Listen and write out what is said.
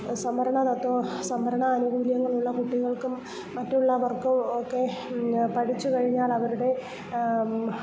സംവരണതത്വ സംവരണ ആനുകൂല്യങ്ങളുള്ള കുട്ടികൾക്കും മറ്റുള്ളവർക്കും ഒക്കെ പഠിച്ചുകഴിഞ്ഞാൽ അവരുടെ